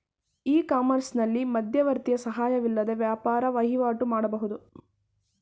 E ಕಾಮರ್ಸ್ನಲ್ಲಿ ಮಧ್ಯವರ್ತಿಯ ಸಹಾಯವಿಲ್ಲದೆ ವ್ಯಾಪಾರ ವಹಿವಾಟು ಮಾಡಬಹುದು